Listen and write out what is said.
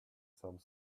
some